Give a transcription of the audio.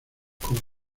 coro